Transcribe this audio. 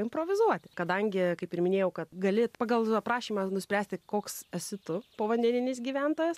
improvizuoti kadangi kaip ir minėjau kad gali pagal aprašymą nuspręsti koks esi tu povandeninis gyventojas